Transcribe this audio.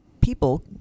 people